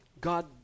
God